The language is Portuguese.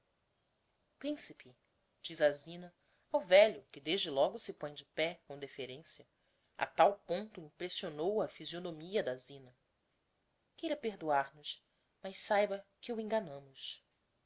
principe principe diz a zina ao velho que desde logo se põe de pé com deferencia a tal ponto o impressionou a fisionomia da zina queira perdoar nos mas saiba que o enganámos